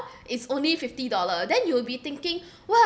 it's only fifty dollar then you'll be thinking